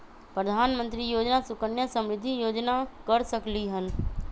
प्रधानमंत्री योजना सुकन्या समृद्धि योजना कर सकलीहल?